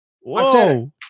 whoa